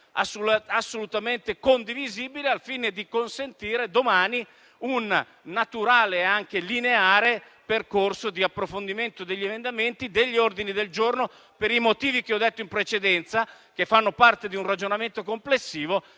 assolutamente condivisibile al fine di consentire domani un naturale e anche lineare percorso di approfondimento degli emendamenti e degli ordini del giorno per i motivi che ho detto in precedenza - motivi che fanno parte di un ragionamento complessivo